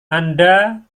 anda